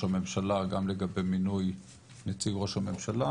הממשלה גם לגבי מינוי נציג ראש הממשלה,